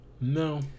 No